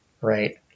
right